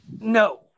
No